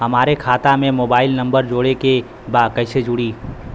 हमारे खाता मे मोबाइल नम्बर जोड़े के बा कैसे जुड़ी?